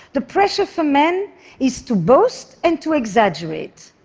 the pressure for men is to boast and to exaggerate,